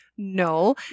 No